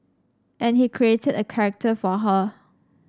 and he created a character for her